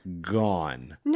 Gone